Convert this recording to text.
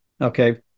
okay